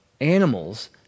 animals